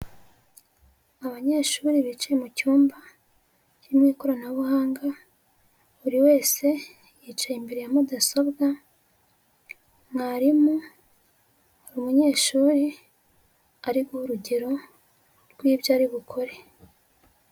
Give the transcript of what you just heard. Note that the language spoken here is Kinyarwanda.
Abanyeshuri bicaye mu cyumba kirimo ikoranabuhanga, buri wese yicaye imbere ya mudasobwa, mwarimu hari umunyeshuri ari guha urugero rw'ibyo ari bukore.